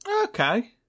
Okay